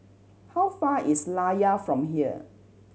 how far is Layar from here